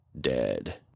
dead